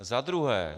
Za druhé.